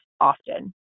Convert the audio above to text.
Often